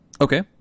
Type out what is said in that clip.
okay